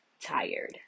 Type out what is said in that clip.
tired